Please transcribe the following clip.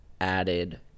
added